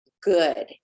good